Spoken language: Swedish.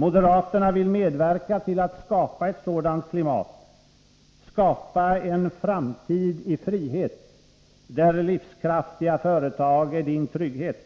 Moderaterna vill medverka till att skapa ett sådant klimat, skapa en framtid i frihet där livskraftiga företag är din trygghet.